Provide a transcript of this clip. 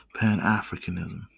pan-Africanism